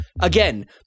Again